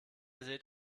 seht